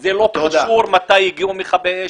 וזה לא קשור מתי הגיעו מכבי אש,